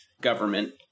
government